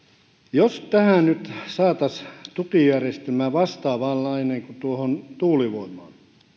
jos tähän nyt saataisiin tukijärjestelmä vastaavanlainen kuin tuulivoimaan